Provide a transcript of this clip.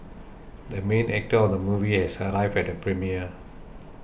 the main actor of the movie has arrived at the premiere